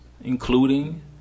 Including